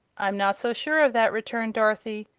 i'm not so sure of that, returned dorothy.